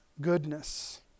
goodness